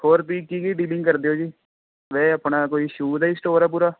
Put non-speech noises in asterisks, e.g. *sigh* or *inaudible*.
ਹੋਰ ਤੁਸੀਂ ਕੀ ਕੀ ਡੀਲਿੰਗ ਕਰਦੇ ਹੋ ਜੀ *unintelligible* ਆਪਣਾ ਕੋਈ ਸ਼ੂ ਦਾ ਹੀ ਸਟੋਰ ਆ ਪੂਰਾ